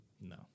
No